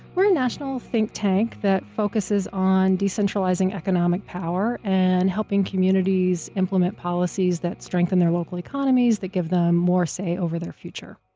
we're a national think tank that focuses on de-centralizing economic power and helping communities implement policies that strengthen their local economies, that give them more say over their future.